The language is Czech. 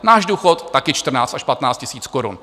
Náš důchod taky 14 až 15 tisíc korun.